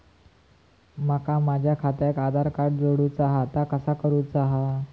माका माझा खात्याक आधार कार्ड जोडूचा हा ता कसा करुचा हा?